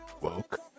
woke